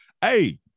Hey